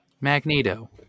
Magneto